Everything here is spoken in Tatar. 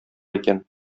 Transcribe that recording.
икән